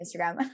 Instagram